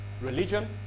Religion